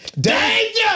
Danger